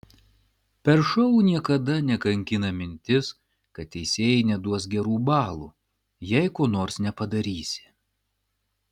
per šou niekada nekankina mintis kad teisėjai neduos gerų balų jei ko nors nepadarysi